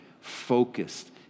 Focused